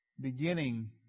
beginning